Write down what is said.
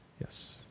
yes